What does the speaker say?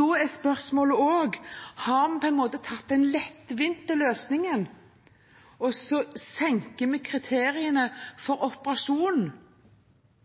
Da er spørsmålet: Har vi valgt den lettvinte løsningen? Senker vi kriteriene for operasjon uten å ta den store kampen for forebygging? Og for vår del, i dette hus, unngår vi